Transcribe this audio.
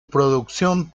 producción